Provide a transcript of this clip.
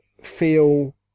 feel